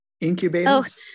incubators